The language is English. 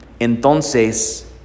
Entonces